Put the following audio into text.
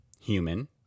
human